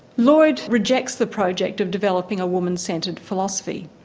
lloyd rejects the project of developing a woman-centred philosophy.